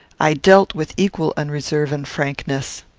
i dealt with equal unreserve and frankness.